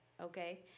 Okay